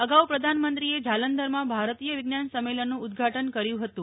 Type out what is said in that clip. અગાઉ પ્રધાનમંત્રીએ જાલંધરમાં ભારતીય વિજ્ઞાન સંમેલનનું ઉદ્દઘાટન કર્યું હતું